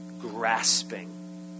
grasping